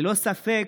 ללא ספק,